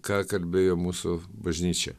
ką kalbėjo mūsų bažnyčia